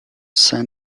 saint